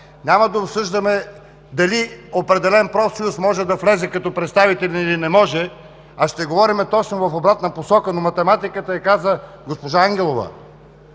няма да обсъждаме дали определен профсъюз може да влезе като представителен или не може, а ще говорим точно в обратна посока. Но математиката я каза госпожа Ангелова,